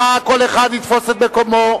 נא כל אחד יתפוס את מקומו.